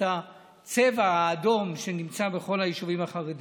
הצבע האדום שנמצא בכל היישובים החרדיים.